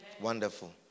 Wonderful